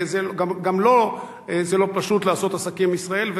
וגם לו זה לא פשוט לעשות עסקים עם ישראל,